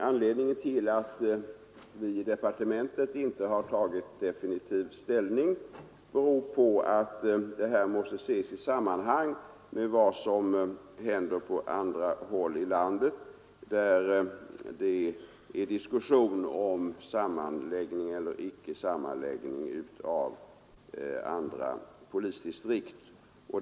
Anledningen till att vi inte har tagit definitiv ställning i departementet är att detta måste ses i sammanhang med vad som händer på andra håll i landet, där det pågår diskussion om sammanläggning eller icke sammanläggning av andra polisdistrikt.